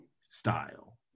style